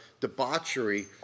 debauchery